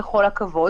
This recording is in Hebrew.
בכל הכבוד,